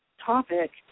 topic